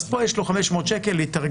אז פה יש לו 500 שקל להתארגן.